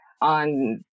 on